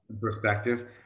perspective